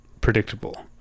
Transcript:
predictable